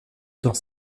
dans